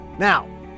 Now